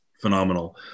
phenomenal